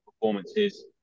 performances